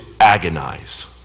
agonize